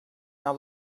now